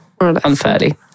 unfairly